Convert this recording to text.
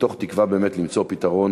מתוך תקווה באמת למצוא פתרון